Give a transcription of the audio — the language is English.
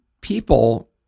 people